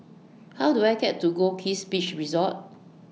How Do I get to Goldkist Beach Resort